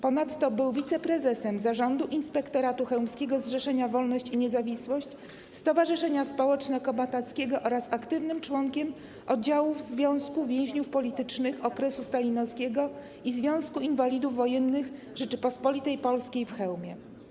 Ponadto był wiceprezesem Zarządu Inspektoratu Chełmskiego Zrzeszenia „Wolność i Niezawisłość” - Stowarzyszenia Społeczno-Kombatanckiego oraz aktywnym członkiem oddziałów Związku Więźniów Politycznych Okresu Stalinowskiego i Związku Inwalidów Wojennych Rzeczypospolitej Polskiej w Chełmie.